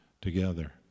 together